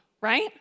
Right